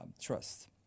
trust